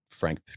Frank